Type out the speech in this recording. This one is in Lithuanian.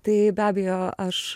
tai be abejo aš